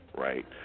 Right